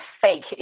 fake